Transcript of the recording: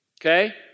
okay